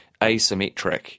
asymmetric